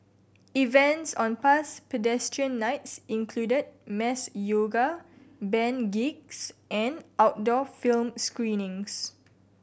events on past Pedestrian Nights included mass yoga band gigs and outdoor film screenings